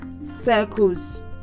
circles